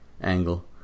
angle